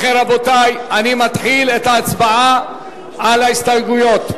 רבותי, אני מתחיל את ההצבעה על ההסתייגויות.